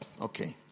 okay